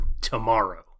tomorrow